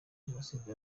jenoside